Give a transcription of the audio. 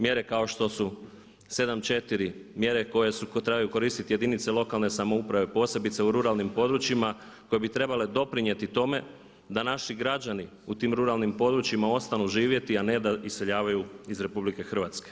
Mjere kao što su 7.4, mjere koje trebaju koristiti jedinice lokalne samouprave posebice u ruralnim područjima, koje bi trebale doprinijeti tome da naši građani u tim ruralnim područjima ostanu živjeti a ne da iseljavaju iz RH.